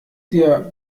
dir